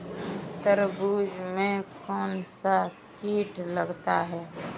तरबूज में कौनसा कीट लगता है?